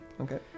Okay